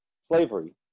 slavery